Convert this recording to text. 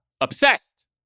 Obsessed